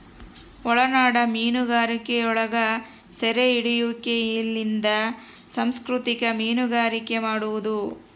ಒಳನಾಡ ಮೀನುಗಾರಿಕೆಯೊಳಗ ಸೆರೆಹಿಡಿಯುವಿಕೆಲಿಂದ ಸಂಸ್ಕೃತಿಕ ಮೀನುಗಾರಿಕೆ ಮಾಡುವದು